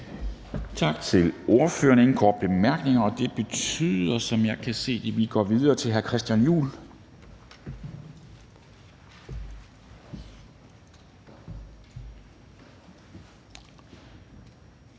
Tak til ordføreren. Der er ingen korte bemærkninger, og det betyder, som jeg kan se det, at vi går videre til hr. Christian Juhl,